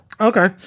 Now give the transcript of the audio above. Okay